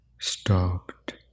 stopped